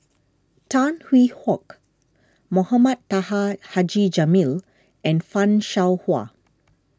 Tan Hwee Hock Mohamed Taha Haji Jamil and Fan Shao Hua